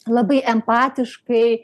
labai empatiškai